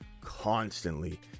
constantly